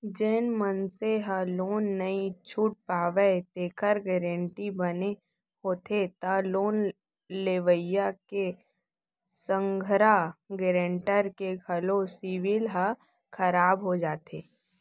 जेन मनसे ह लोन नइ छूट पावय तेखर गारेंटर बने होथे त लोन लेवइया के संघरा गारेंटर के घलो सिविल ह खराब हो जाथे